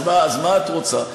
אז מה את רוצה?